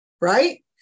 Right